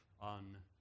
on